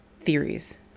Theories